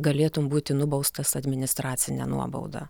galėtum būti nubaustas administracine nuobauda